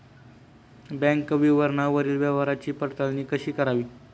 Bank विवरणावरील व्यवहाराची पडताळणी कशी करावी?